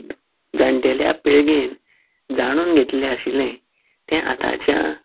जाण्टेल्या पिळगेन जाणून घेतलें आशिल्लें तें आताच्या